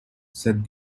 said